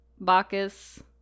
bacchus